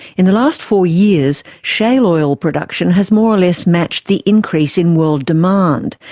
in the last four years shale oil production has more or less matched the increase in world demand,